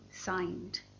signed